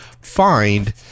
find